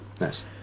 Nice